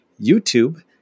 YouTube